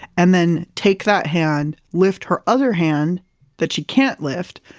and then take that hand, lift her other hand that she can't lift,